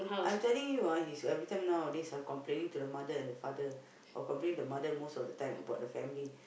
I'm telling you ah he's everytime nowadays ah complaining to the mother and the father or complaining to the mother most of the time about the family